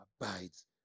abides